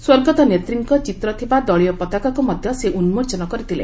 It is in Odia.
ସ୍ୱର୍ଗତ ନେତ୍ରୀଙ୍କ ଚିତ୍ର ଥିବା ଦଳୀୟ ପତାକାକୁ ମଧ୍ୟ ସେ ଉନ୍ଜୋଚନ କରିଥିଲେ